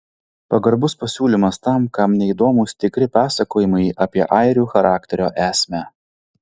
pagarbus pasiūlymas tam kam neįdomūs tikri pasakojimai apie airių charakterio esmę